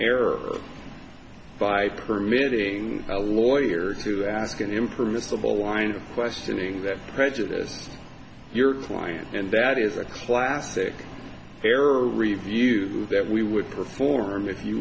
error by permitting a lawyer to ask an impermissible line of questioning that prejudice your client and that is a classic fair review that we would perform if you